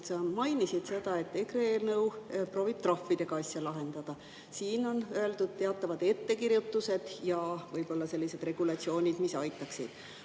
et EKRE eelnõu proovib trahvidega asja lahendada. Siin on kirjas teatavad ettekirjutused ja võib-olla sellised regulatsioonid, mis aitaksid,